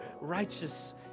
righteous